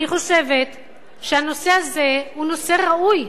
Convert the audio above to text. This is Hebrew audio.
אני חושבת שהנושא הזה הוא נושא ראוי,